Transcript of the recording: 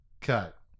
cut